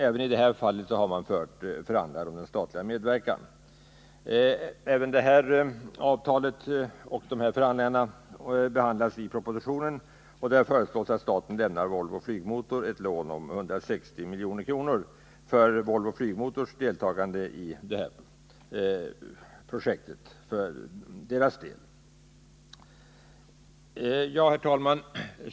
Även i detta fall har man fört förhandlingar om statlig medverkan. Också detta avtal och dessa förhandlingar behandlas i propositionen. Där föreslås att staten lämnar Volvo Flygmotor ett lån på 160 milj.kr. för Volvo Flygmotors deltagande i detta projekt. Herr talman!